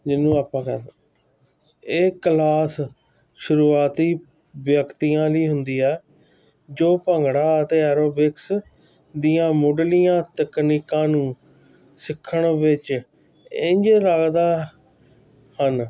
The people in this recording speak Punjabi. ਜਿਹਨੂੰ ਆਪਾਂ ਇਹ ਕਲਾਸ ਸ਼ੁਰੂਆਤੀ ਵਿਅਕਤੀਆਂ ਲਈ ਹੁੰਦੀ ਆ ਜੋ ਭੰਗੜਾ ਅਤੇ ਐਰੋਬਿਕਸ ਦੀਆਂ ਮੁੱਢਲੀਆਂ ਤਕਨੀਕਾਂ ਨੂੰ ਸਿੱਖਣ ਵਿੱਚ ਇੰਝ ਲੱਗਦਾ ਹਨ